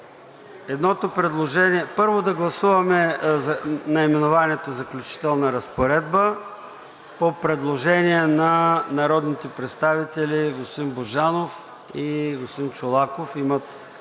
Едното предложение, първо, да гласуваме наименованието „Заключителни разпоредби“ по предложение на народните представители господин Божанов и господин Чолаков, имат